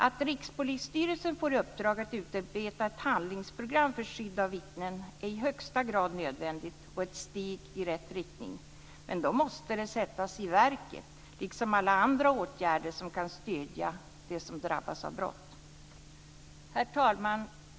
Att Rikspolisstyrelsen får i uppdrag att utarbeta ett handlingsprogram för skydd av vittnen är i högsta grad nödvändigt och ett steg i rätt riktning men då måste detta sättas i verket, liksom alla andra åtgärder som kan stödja dem som drabbas av brott. Herr talman!